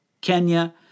Kenya